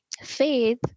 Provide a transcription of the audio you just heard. faith